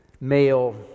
Male